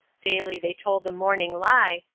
daily they told the morning lie,